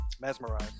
Mesmerized